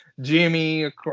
Jimmy